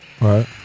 right